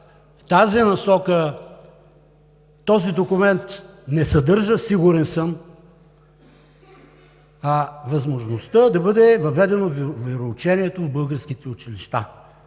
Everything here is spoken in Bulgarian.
тази насока този документ не съдържа, сигурен съм, възможността да бъде въведено вероучението в българските училища.